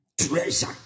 treasure